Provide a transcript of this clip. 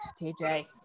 TJ